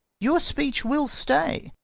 your speech will stay,